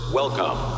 welcome